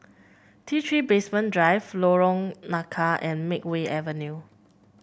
T Three Basement Drive Lorong Nangka and Makeway Avenue